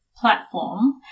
platform